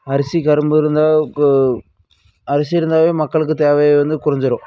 அரிசி கரும்பு இருந்தால் கோ அரிசி இருந்தாலே மக்களுக்கு தேவை வந்து குறைஞ்சிரும்